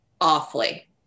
awfully